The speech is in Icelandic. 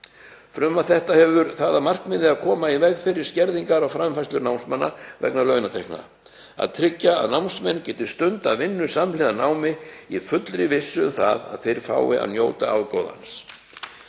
Frumvarp þetta hefur það að markmiði að koma í veg fyrir skerðingar á framfærslu námsmanna vegna launatekna og tryggja að námsmenn geti stundað vinnu samhliða námi í fullri vissu um það að þeir fái að njóta ágóðans.